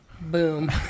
Boom